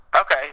Okay